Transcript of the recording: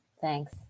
thanks